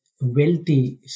wealthy